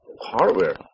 hardware